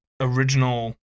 original